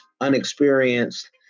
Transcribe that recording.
unexperienced